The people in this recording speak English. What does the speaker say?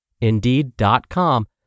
Indeed.com